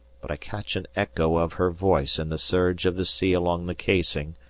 but i catch an echo of her voice in the surge of the sea along the casing,